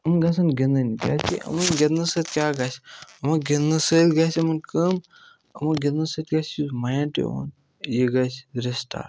یِم گژھن گِنٛدٕنۍ کیٛازِکہِ یِمَن گِنٛدنہٕ سۭتۍ کیٛاہ گَژھِ یِمو گِنٛدنہٕ سۭتۍ گژھِ یِمَن کٲم یِمو گِنٛدنہٕ سۭتۍ گژھِ یُس مایِنٛڈ ت یہِ گَژھِ رِسٹاٹ